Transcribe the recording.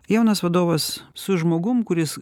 jaunas vadovas su žmogum kuris